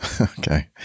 Okay